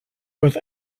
with